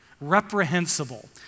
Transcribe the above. reprehensible